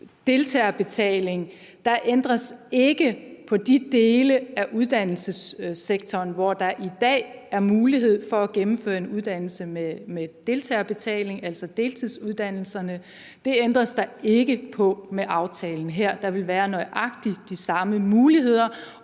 deltagerbetaling. Der ændres ikke på de dele af uddannelsessektoren, hvor der i dag er mulighed for at gennemføre en uddannelse med deltagerbetaling, altså deltidsuddannelserne. Det ændres der ikke på med aftalen her. Der vil være nøjagtig de samme muligheder,